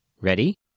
Ready